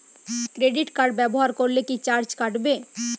Credit card ব্যাবহার করলে কি চার্জ কাটবে?